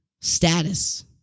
status